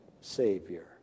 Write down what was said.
savior